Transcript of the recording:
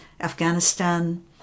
Afghanistan